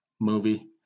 movie